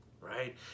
right